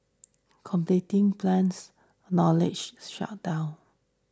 competing plans knowledge showdown